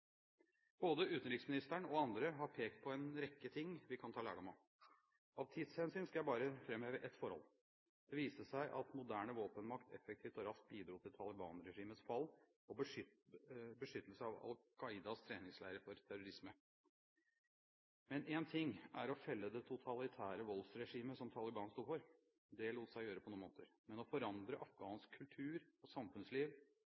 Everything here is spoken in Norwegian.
Både utenriksministeren og andre har pekt på en rekke ting vi kan ta lærdom av. Av tidshensyn skal jeg bare framheve ett forhold. Det viste seg at moderne våpenmakt effektivt og raskt bidro til Taliban-regimets fall og beskyttelse av Al Qaidas treningsleirer for terrorisme. Men én ting er å felle det totalitære voldsregimet som Taliban sto for – det lot seg gjøre på noen måneder – men å